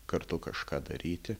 kartu kažką daryti